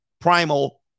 primal